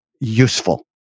useful